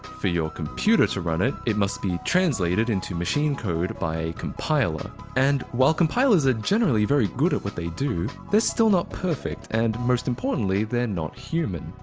for your computer to run it, it must be translated into machine code by a compiler, and while compilers are generally very good at what they do, they're still not perfect, and most importantly, they're not human.